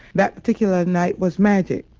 that particular night was magic.